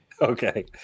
okay